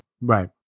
Right